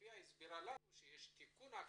שסוניה הסבירה לנו, שיש תיקון עכשיו,